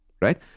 right